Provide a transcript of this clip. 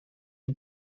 een